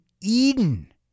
Eden